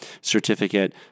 certificate